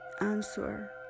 answer